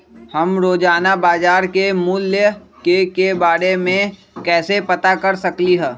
हम रोजाना बाजार के मूल्य के के बारे में कैसे पता कर सकली ह?